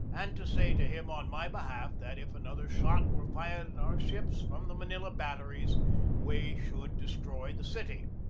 and to say to him, on my behalf, that if another shot were fired at our ships from the manila batteries we should destroy the city.